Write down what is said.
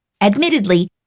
Admittedly